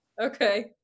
Okay